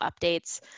updates